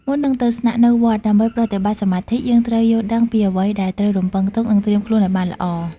មុននឹងទៅស្នាក់នៅវត្តដើម្បីប្រតិបត្តិសមាធិ យើងត្រូវយល់ដឹងពីអ្វីដែលត្រូវរំពឹងទុកនិងត្រៀមខ្លួនឱ្យបានល្អ។